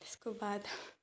त्यसको बाद